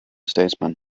statesman